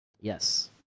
Yes